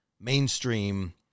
mainstream